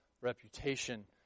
reputation